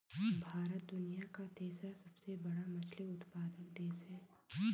भारत दुनिया का तीसरा सबसे बड़ा मछली उत्पादक देश है